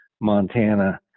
Montana